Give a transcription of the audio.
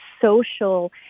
social